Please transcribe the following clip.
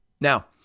now